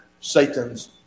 Satan's